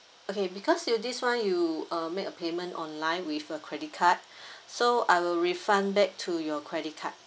okay because you this [one] you uh make a payment online with a credit card so I will refund back to your credit card